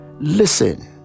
Listen